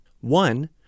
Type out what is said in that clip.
one